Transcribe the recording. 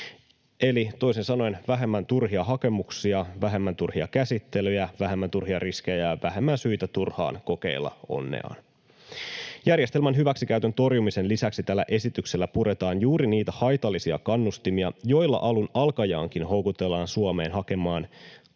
Eli toisin sanoen vähemmän turhia hakemuksia, vähemmän turhia käsittelyjä, vähemmän turhia riskejä ja vähemmän syitä turhaan kokeilla onneaan. Järjestelmän hyväksikäytön torjumisen lisäksi tällä esityksellä puretaan juuri niitä haitallisia kannustimia, joilla alun alkaenkin houkutellaan Suomeen hakemaan ”turvapaikkaa”